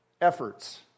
efforts